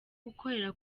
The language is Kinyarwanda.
gukorera